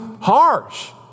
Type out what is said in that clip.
harsh